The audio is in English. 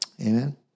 Amen